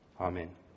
Amen